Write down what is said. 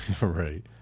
Right